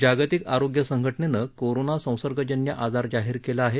जागतिक आरोग्य संघटनेनं कोरोना संसर्गजन्य आजार जाहीर केला आहे